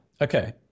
okay